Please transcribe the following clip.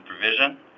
provision